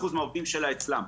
מהעובדים שלה מתוכם.